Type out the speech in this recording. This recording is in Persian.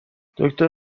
دکتر